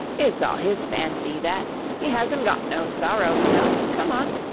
it's all his fancy, that he hasn't got no sorrow, you know. come on